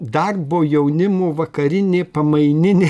darbo jaunimo vakarinė pamaininė